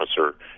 officer